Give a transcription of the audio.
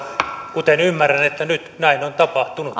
kuten ymmärrän että nyt näin on tapahtunut